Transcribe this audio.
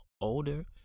older